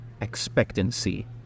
expectancy